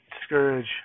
discourage